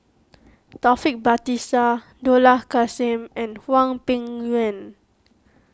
Taufik Batisah Dollah Kassim and Hwang Peng Yuan